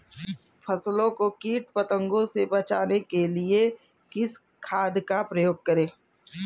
फसलों को कीट पतंगों से बचाने के लिए किस खाद का प्रयोग करें?